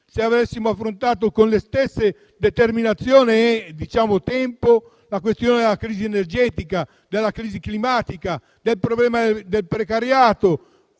se avessimo affrontato con la stessa determinazione e lo stesso tempo la questione della crisi energetica, della crisi climatica o del precariato,